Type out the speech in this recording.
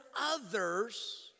others